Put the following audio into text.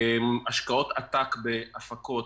השקעות עתק בהפקות,